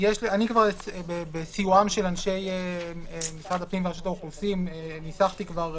אני בסיועם של אנשי משרד הפנים ורשות האוכלוסין כבר ניסחתי את